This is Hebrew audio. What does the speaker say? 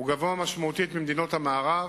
הוא גבוה משמעותית מבמדינות המערב,